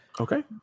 Okay